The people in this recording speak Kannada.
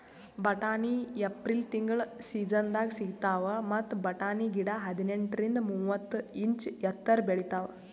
ಬಟಾಣಿ ಏಪ್ರಿಲ್ ತಿಂಗಳ್ ಸೀಸನ್ದಾಗ್ ಸಿಗ್ತಾವ್ ಮತ್ತ್ ಬಟಾಣಿ ಗಿಡ ಹದಿನೆಂಟರಿಂದ್ ಮೂವತ್ತ್ ಇಂಚ್ ಎತ್ತರ್ ಬೆಳಿತಾವ್